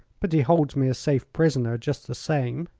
but he holds me a safe prisoner, just the same.